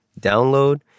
download